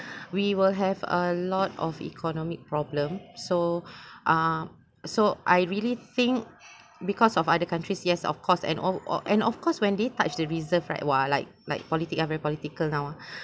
we will have a lot of economic problems so uh so I really think because of other countries yes of course and o~ o~ and of course when they touched the reserve right while like like politic ah very political now uh